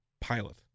pilot